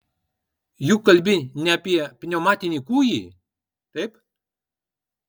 juk kalbi ne apie pneumatinį kūjį taip